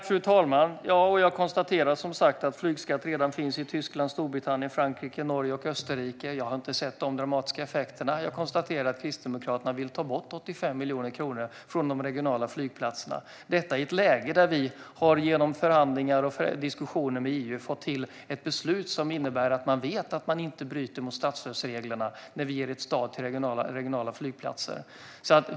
Fru talman! Jag konstaterar som sagt att flygskatt redan finns i Tyskland, Storbritannien, Frankrike, Norge och Österrike. Jag har inte sett några dramatiska effekter. Jag konstaterar också att Kristdemokraterna vill ta bort 85 miljoner kronor från de regionala flygplatserna - detta i ett läge där vi genom diskussioner och förhandlingar med EU har fått till ett beslut som innebär att vi vet att vi inte bryter mot statsstödsreglerna när vi ger stöd till regionala flygplatser.